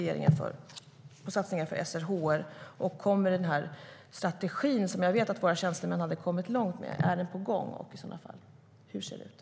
Jag vet att våra tjänstemän hade kommit långt med den här strategin. Är den på gång, och hur ser det i sådana fall ut?